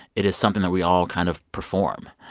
it is something that we all kind of perform.